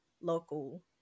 local